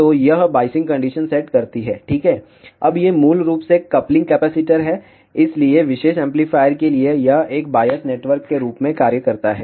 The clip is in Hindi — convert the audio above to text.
तो यह बाइसिंग कंडीशन सेट करती है ठीक है अब ये मूल रूप से कपलिंग कैपेसिटर हैं इसलिए विशेष एम्पलीफायर के लिए यह एक बायस नेटवर्क के रूप में कार्य करता है